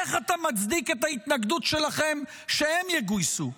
איך אתה מצדיק את ההתנגדות שלכם שהם יגויסו?